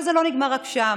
אבל זה לא נגמר רק שם.